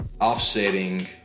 offsetting